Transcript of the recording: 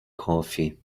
coffee